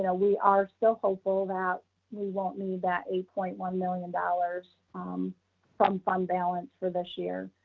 and we are still hopeful that we won't need that eight point one million dollars um from fund balance for this year.